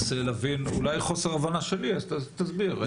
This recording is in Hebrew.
אולי חוסר הבנה שלי, אז תסביר.